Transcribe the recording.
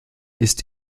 ist